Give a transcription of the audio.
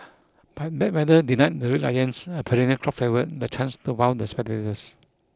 but bad weather denied the Red Lions a perennial crowd favourite the chance to wow the spectators